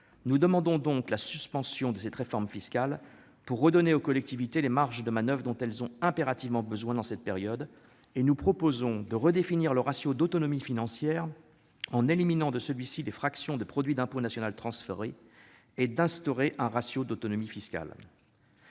Nous demandons donc la suspension de cette réforme fiscale pour redonner aux collectivités les marges de manoeuvre dont elles ont impérativement besoin dans cette période ; nous proposons de redéfinir le ratio d'autonomie financière en éliminant de celui-ci les fractions du produit d'impôt national transférées et d'instaurer un ratio d'autonomie fiscale.